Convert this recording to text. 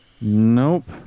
Nope